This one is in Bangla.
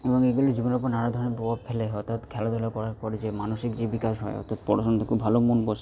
এবং এগুলি জীবনের উপর নানা ধরনের প্রভাব ফেলে অর্থাৎ খেলাধুলো করার পর যে মানসিক যে বিকাশ হয় অর্থাৎ পড়াশোনাতে খুব ভালো মন বসে